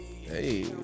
Hey